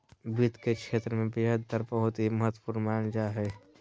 वित्त के क्षेत्र मे ब्याज दर बहुत ही महत्वपूर्ण मानल जा हय